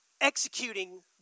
Executing